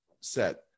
set